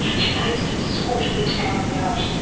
and they'd sort the town out.